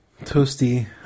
Toasty